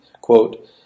Quote